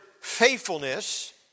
faithfulness